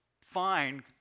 fine